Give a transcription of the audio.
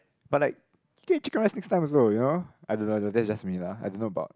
but like chicken rice takes time also you know I don't know lah that that is just me lah I don't know about